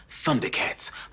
Thundercats